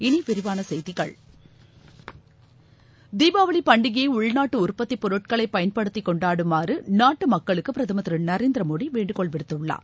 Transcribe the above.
இனி விரிவான செய்திகள் தீபாவளி பண்டிகையை உள்நாட்டு உற்பத்தி பொருட்களை பயன்படுத்திக் கொண்டாடுமாறு நாட்டு மக்களுக்கு பிரதமர் திரு நரேந்திர மோடி வேண்டுகோள் விடுத்துள்ளார்